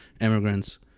immigrants